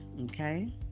okay